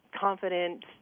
confident